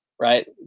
right